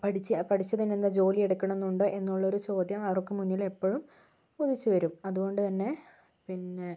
പഠിച്ച പഠിച്ചതിനെന്താ ജോലിയെടുക്കണമെന്നുണ്ടോ എന്നുള്ളൊരു ചോദ്യം അവർക്കു മുന്നിലെപ്പോഴും ഉദിച്ചു വരും അതുകൊണ്ട് തന്നെ പിന്നെ